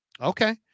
Okay